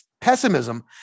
pessimism